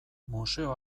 museo